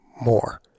more